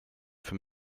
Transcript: für